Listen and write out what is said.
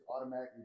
automatically